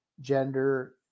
gender